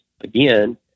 again